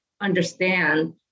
understand